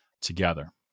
together